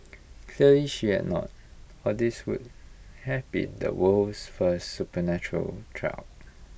clearly she had not or this would have been the world's first supernatural trial